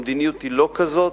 המדיניות היא לא כזאת,